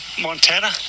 Montana